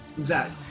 Zach